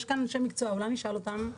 יש כאן אנשי מקצוע, אז אולי נשאל אותם.